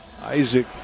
Isaac